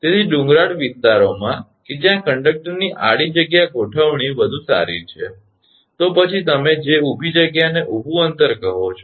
તેથી ડુંગરાળ વિસ્તારોમાં કે જ્યા કંડક્ટરની આડી જગ્યા ગોઠવણી વધુ સારી છે તો પછી તમે જે ઊભી જગ્યાને ઊભું અંતર કહો છે